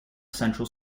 central